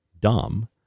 dumb